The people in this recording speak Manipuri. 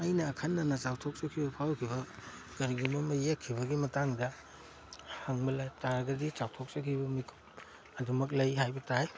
ꯑꯩꯅ ꯑꯈꯟꯅꯅ ꯆꯥꯎꯊꯣꯛꯆꯈꯤꯕ ꯐꯥꯎꯔꯛꯈꯤꯕ ꯀꯔꯤꯒꯨꯝꯕ ꯑꯃ ꯌꯦꯛꯈꯤꯕꯒꯤ ꯃꯇꯥꯡꯗ ꯍꯪꯕ ꯇꯥꯔꯒꯗꯤ ꯆꯥꯎꯊꯣꯛꯆꯈꯤꯕ ꯃꯤꯀꯨꯞ ꯑꯗꯨꯃꯛ ꯂꯩ ꯍꯥꯏꯕ ꯇꯥꯏ